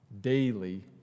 Daily